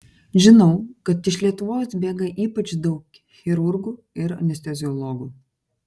žinau kad iš lietuvos bėga ypač daug chirurgų ir anesteziologų